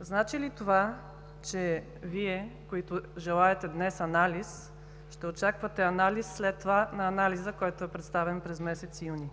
Значи ли това, че Вие, които желаете днес анализ, ще очаквате анализ след това на анализа, който е представен през месец юни?